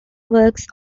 works